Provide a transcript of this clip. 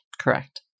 Correct